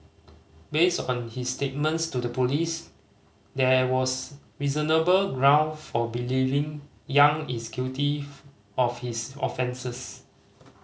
based on his statements to the police there was reasonable ground for believing Yang is guilty of his offences